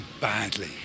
badly